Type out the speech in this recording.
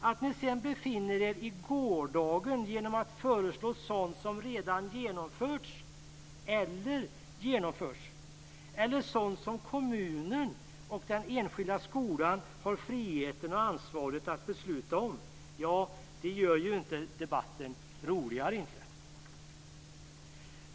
Att ni sedan befinner er i gårdagen genom att föreslå sådant som redan genomförts eller genomförs, eller sådant som kommunen och den enskilda skolan har friheten och ansvaret att besluta om, gör ju inte debatten roligare.